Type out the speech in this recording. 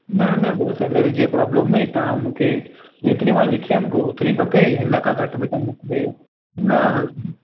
न न ॿियो सैलरी जी प्रॉब्लम हुई तव्हां मूंखे जेतिरी मां लिखी हुयमि ओतिरी खपे हिन खां घटि में त मूंखे न